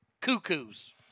cuckoos